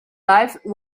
life